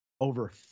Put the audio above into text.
over